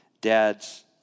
Dads